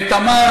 תמר,